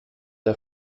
der